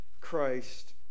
Christ